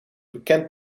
bekend